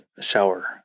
shower